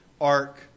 Ark